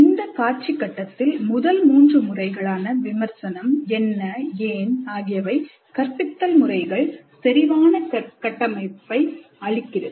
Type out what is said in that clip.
இந்தக்காட்சி கட்டத்தில் முதல் 3 முறைகளான விமர்சனம் என்ன ஏன் ஆகியவை கற்பித்தல் முறைகள் செறிவான கட்டமைப்பை அளிக்கிறது